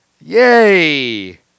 Yay